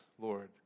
Lord